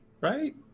right